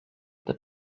the